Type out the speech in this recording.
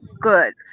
good